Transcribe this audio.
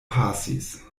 pasis